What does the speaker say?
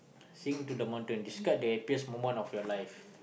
sing to the modern describe the happiest moment of your life